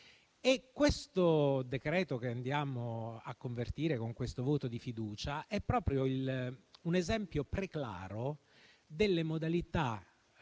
decreto-legge che andiamo a convertire con questo voto di fiducia è proprio un esempio preclaro delle modalità